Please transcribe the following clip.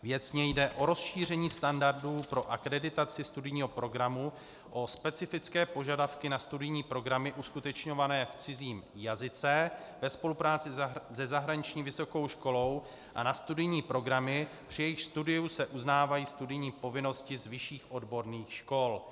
Věcně jde o rozšíření standardů pro akreditaci studijního programu o specifické požadavky na studijní programy uskutečňované v cizím jazyce ve spolupráci se zahraniční vysokou školou a na studijní programy, při jejichž studiu se uznávají studijní povinnosti z vyšších odborných škol.